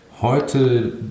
Heute